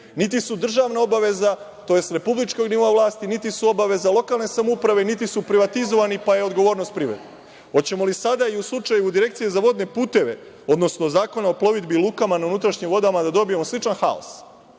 niti su državna obaveza tj. republičkog nivoa vlasti, niti su obaveza lokalne samouprave, niti su privatizovani, pa je odgovornost privatnika. Hoćemo li sada i u slučaju Direkcije za vodne puteve, odnosno Zakona o plovidbi i lukama na unutrašnjim vodama da dobijemo sličan haos,